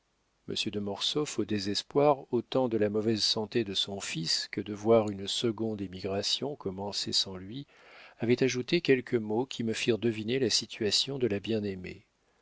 monsieur de mortsauf au désespoir autant de la mauvaise santé de son fils que de voir une seconde émigration commencer sans lui avait ajouté quelques mots qui me firent deviner la situation de la bien-aimée